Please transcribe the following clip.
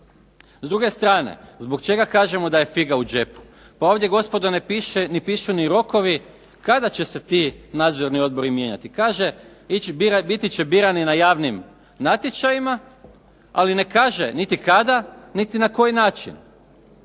S druge strane, zbog čega kažemo da je figa u džepu. Pa ovdje gospodo ne pišu ni rokovi kada će se ti nadzorni odbori mijenjati. Kaže, biti će birani na javnim natječajima ali ne kaže niti kada niti na koji način